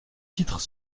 titres